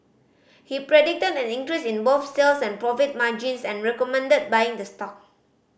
he predicted an increase in both sales and profit margins and recommended buying the stock